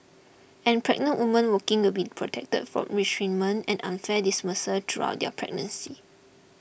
and pregnant woman working will be protected from retrenchment and unfair dismissal throughout their pregnancy